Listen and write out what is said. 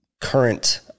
current